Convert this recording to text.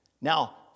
Now